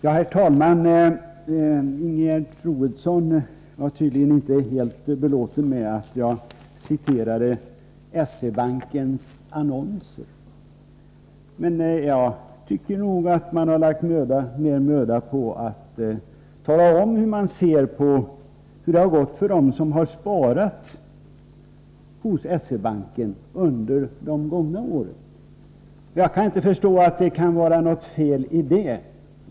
Herr talman! Ingegerd Troedsson var tydligen inte helt belåten med att jag citerade S-E-Bankens annonser. Men jag tycker nog att man har lagt ner möda på att tala om, hur man ser på utvecklingen för dem som sparat hos S-E-Banken under de gångna åren. Jag kan inte förstå att det skulle vara något fel i det.